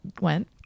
went